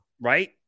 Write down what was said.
right